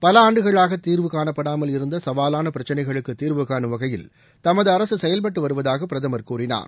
பல ஆண்டுகளாக தீர்வு காணப்படாமல் இருந்த சவாலான பிரச்சினைகளுக்கு தீர்வுகானும் வகையில் தமது அரசு செயல்பட்டு வருவதாக பிரதமர் கூறினார்